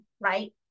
right